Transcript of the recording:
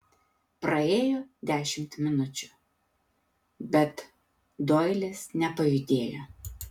praėjo dešimt minučių bet doilis nepajudėjo